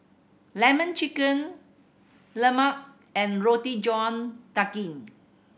Lemon Chicken Lemang and Roti John Daging